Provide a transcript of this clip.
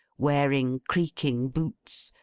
wearing creaking boots,